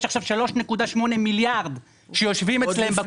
יש עכשיו 3.8 מיליארד שיושבים אצלם בקופה.